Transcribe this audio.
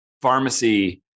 pharmacy